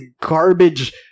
garbage